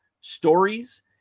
stories